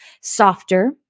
softer